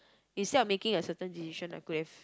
instead of making a certain decision I could have